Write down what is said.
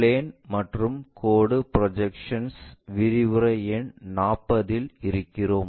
plane மற்றும் கோடு projection விரிவுரை எண் 40 இல் இருக்கிறோம்